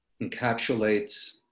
encapsulates